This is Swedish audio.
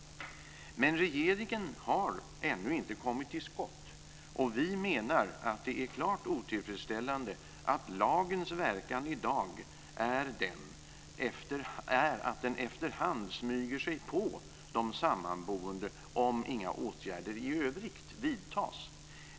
Men regeringen har ännu inte kommit till skott, och vi menar att det är klart otillfredsställande att lagens verkan i dag är att den efterhand smyger sig på de sammanboende om inga åtgärder i övrigt vidtas.